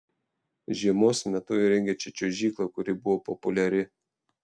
žiemos metu įrengė čia čiuožyklą kuri buvo populiari